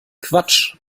quatsch